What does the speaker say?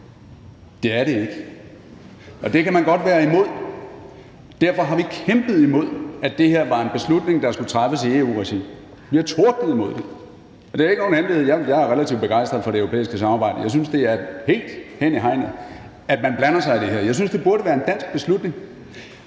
Det er det ikke. Og det kan man godt være imod. Derfor har vi kæmpet imod, at det her var en beslutning, der skulle træffes i EU-regi. Vi har tordnet imod det. Det er ikke nogen hemmelighed, at jeg er relativt begejstret for det europæiske samarbejde. Jeg synes, at det er helt hen i hegnet, at man blander sig i det her. Jeg synes, det burde være en dansk beslutning.